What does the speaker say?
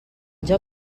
joc